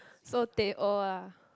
so teh O ah